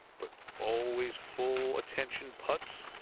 but always full attention putts.